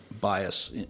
bias